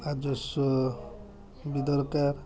ରାଜସ୍ୱ ବି ଦରକାର